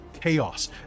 chaos